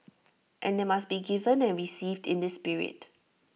and they must be given and received in this spirit